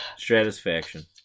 Stratisfaction